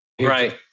Right